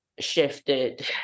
shifted